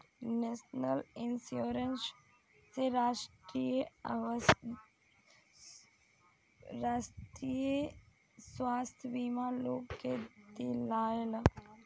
national insurance से राष्ट्रीय स्वास्थ्य बीमा लोग के दियाला